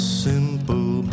simple